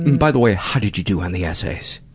by the way, how did you do on the essays?